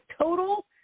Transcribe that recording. total